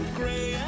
gray